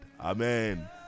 Amen